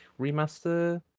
Remaster